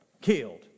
killed